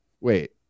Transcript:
wait